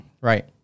Right